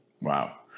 Wow